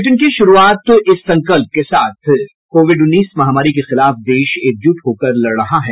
bulletin की शुरूआत इस संकल्प के साथ कोविड उन्नीस महामारी के खिलाफ देश एकजुट होकर लड़ रहा है